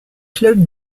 club